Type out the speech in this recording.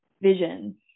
vision